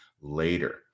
later